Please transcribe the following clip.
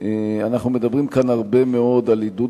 אנחנו מדברים כאן הרבה מאוד על עידוד